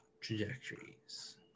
trajectories